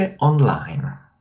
online